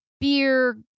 beer